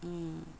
mm